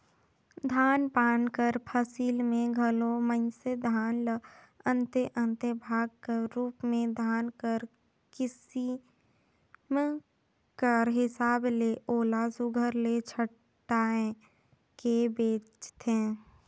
धान पान कर फसिल में घलो मइनसे धान ल अन्ते अन्ते भाग कर रूप में धान कर किसिम कर हिसाब ले ओला सुग्घर ले छांएट के बेंचथें